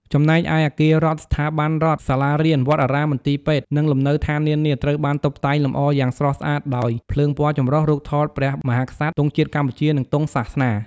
ចំណែកឯ អាគាររដ្ឋ ស្ថាប័នឯកជន សាលារៀន វត្តអារាម មន្ទីរពេទ្យ និងលំនៅដ្ឋាននានា ត្រូវបានតុបតែងលម្អយ៉ាងស្រស់ស្អាតដោយ ភ្លើងពណ៌ចម្រុះ រូបថតព្រះមហាក្សត្រ ទង់ជាតិកម្ពុជា និងទង់សាសនា។